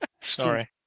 Sorry